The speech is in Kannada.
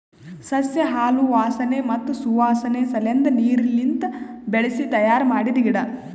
ಸಸ್ಯ ಹಾಲು ವಾಸನೆ ಮತ್ತ್ ಸುವಾಸನೆ ಸಲೆಂದ್ ನೀರ್ಲಿಂತ ಬೆಳಿಸಿ ತಯ್ಯಾರ ಮಾಡಿದ್ದ ಗಿಡ